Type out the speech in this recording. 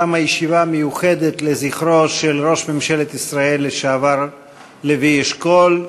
תמה הישיבה המיוחדת לזכרו של ראש ממשלת ישראל לשעבר לוי אשכול.